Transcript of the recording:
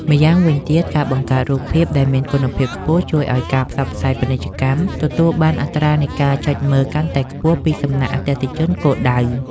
ម្យ៉ាងវិញទៀត ការបង្កើតរូបភាពដែលមានគុណភាពខ្ពស់ជួយឱ្យការផ្សព្វផ្សាយពាណិជ្ជកម្មទទួលបានអត្រានៃការចុចមើលកាន់តែខ្ពស់ពីសំណាក់អតិថិជនគោលដៅ។